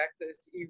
practice